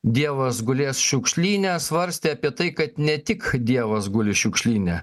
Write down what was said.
dievas gulės šiukšlyne svarstė apie tai kad ne tik dievas guli šiukšlyne